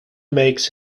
makes